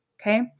Okay